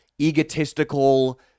egotistical